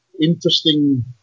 interesting